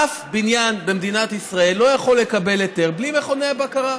אף בניין במדינת ישראל לא יכול לקבל היתר בלי מכוני הבקרה.